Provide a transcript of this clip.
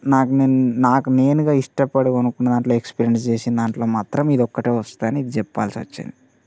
నాకు నేను నాకు నేనుగా ఇష్టపడి కొనుక్కున్న దాంట్లో ఎక్స్పీరియన్స్ చేసిన దాంట్లో మాత్రం ఇది ఒక్కటే వస్తుంది అని ఇది చెప్పాల్సి వచ్చింది